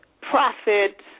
Profit